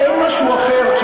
אין משהו אחר.